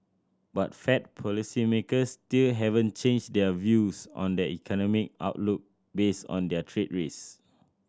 but Fed policymakers still haven't changed their views on the economic outlook based on their trade risk